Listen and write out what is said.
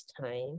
time